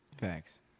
Facts